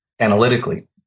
analytically